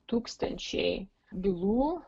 tūkstančiai bylų